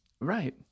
Right